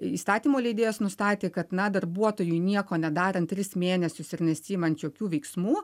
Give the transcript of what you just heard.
įstatymo leidėjas nustatė kad na darbuotojui nieko nedarant tris mėnesius ir nesiimant jokių veiksmų